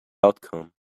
outcome